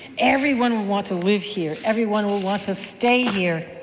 everyone will want to live here. everyone will want to stay here.